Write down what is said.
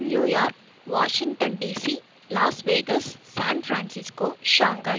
New York Washington DC Las Vegas San Francisco Shanghai